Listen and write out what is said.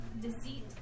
deceit